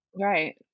Right